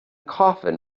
coffin